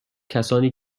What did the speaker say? کسانی